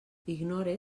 ignore